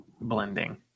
blending